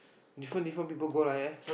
different different people go like that